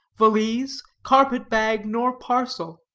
valise, carpet-bag, nor parcel.